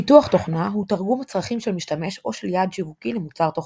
פיתוח תוכנה הוא תרגום הצרכים של משתמש או של יעד שיווקי למוצר תוכנה.